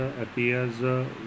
appears